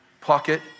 pocket